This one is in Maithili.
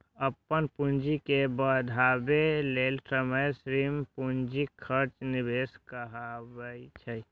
अपन पूंजी के बढ़ाबै लेल समय, श्रम, पूंजीक खर्च निवेश कहाबै छै